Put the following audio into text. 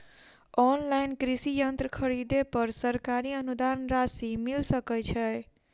Online कृषि यंत्र खरीदे पर सरकारी अनुदान राशि मिल सकै छैय?